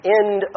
end